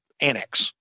annex